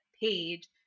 page